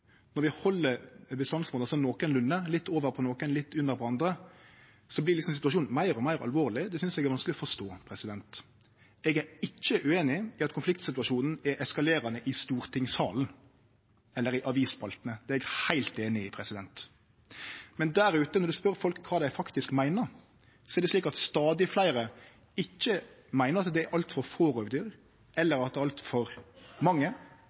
vi held bestandsmåla nokolunde – litt over på nokre, litt under på andre – så vert situasjonen meir og meir alvorleg. Det synest eg er vanskeleg å forstå. Eg er ikkje ueinig i at konfliktsituasjonen er eskalerande i stortingssalen eller i avisspaltene, det er eg heilt einig i. Men når ein spør folk om kva dei faktisk meiner, er det slik at stadig fleire ikkje meiner at det er altfor få rovdyr, eller at det er altfor mange,